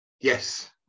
yes